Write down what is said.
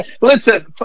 Listen